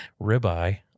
ribeye